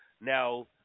Now